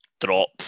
drop